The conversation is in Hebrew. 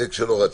דבר שלא רציתי.